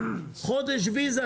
חודש ויזה.